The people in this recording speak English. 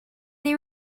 they